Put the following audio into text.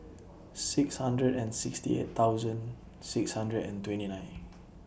six hundred and sixty eight thousand six hundred and twenty nine